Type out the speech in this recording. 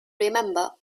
remember